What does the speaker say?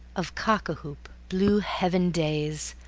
of cock-a-hoop, blue-heavened days,